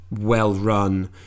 well-run